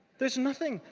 there's nothing.